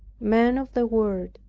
men of the world,